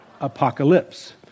apocalypse